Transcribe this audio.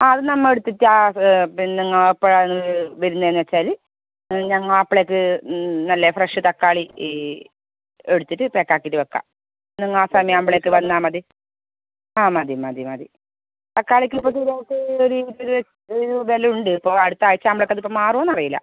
ആ അത് നമ്മൾ എടുത്തിട്ട് പിന്നെ നിങ്ങൾ എപ്പോഴാണ് വരുന്നതെന്ന് വെച്ചാൽ ഞങ്ങൾ അപ്പോളേക്ക് നല്ല ഫ്രഷ് തക്കാളി എടുത്തിട്ട് പാക്ക് ആക്കിയിട്ട് വയ്ക്കാം നിങ്ങൾ ആ സമയം ആവുമ്പോളേക്ക് വന്നാൽ മതി ആ മതി മതി മതി തക്കാളിക്ക് ഇപ്പോൾ കിലോയ്ക്ക് ഒരു ഒരു വിലയുണ്ട് ഇപ്പോൾ അടുത്തയാഴ്ച്ച ആവുമ്പോളത്തേക്ക് അതിപ്പം മാറുവോ എന്ന് അറിയില്ല